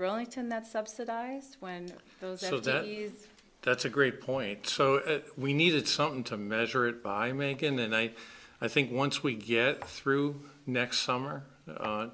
burlington that subsidized when you know that that's a great point so we needed something to measure it by making the night i think once we get through next summer